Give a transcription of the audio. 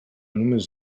només